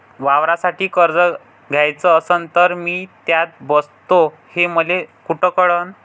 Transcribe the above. वावरासाठी कर्ज घ्याचं असन तर मी त्यात बसतो हे मले कुठ कळन?